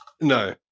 No